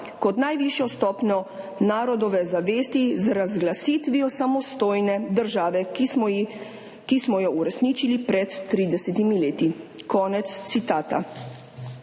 kot najvišjo stopnjo narodove zavesti – z razglasitvijo samostojne države, ki smo jo uresničili pred 30 leti.« Konec citata.